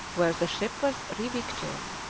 where the ship was revictualled.